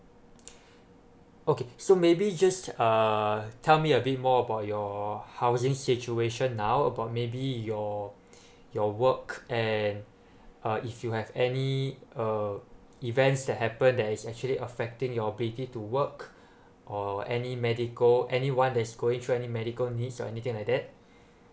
okay so maybe just uh tell me a bit more about your housing situation now about maybe your your work and uh if you have any err events that happen that is actually affecting your ability to work or any medical anyone that's going through any medical needs or anything like that